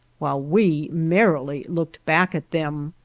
while we merrily looked back at them.